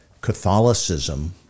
Catholicism